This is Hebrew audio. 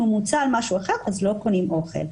הוא מוצא על משהו אחר אז לא קונים אוכל.